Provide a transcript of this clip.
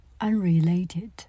unrelated